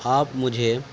آپ مجھے